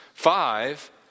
Five